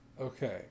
Okay